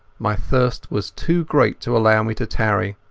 my thirst was too great to allow me to tarry,